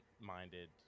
minded